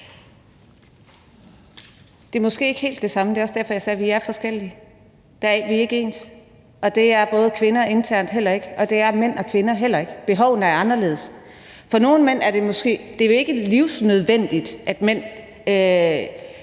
Det er måske ikke helt det samme. Det er også derfor, jeg sagde, at vi er forskellige. Vi er ikke ens, og det er kvinder indbyrdes heller ikke, og det er mænd og kvinder heller ikke. Behovene er forskellige. For nogle mænd er det måske ikke livsnødvendigt at blive